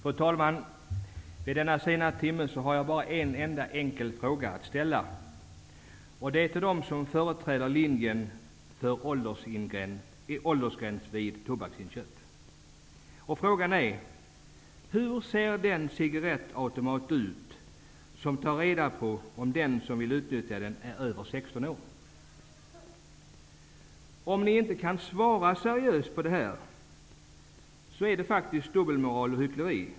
Fru talman! Denna sena timme har jag bara en enda enkel fråga att ställa till dem som företräder linjen för en åldersgräns vid tobaksinköp: Hur ser den cigarettautomat ut som tar reda på om den som vill utnyttja automaten är över 16 år? Om ni inte kan svara seriöst på frågan, visar ni på dubbelmoral och hyckleri.